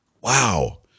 Wow